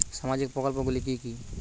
সামাজিক প্রকল্প গুলি কি কি?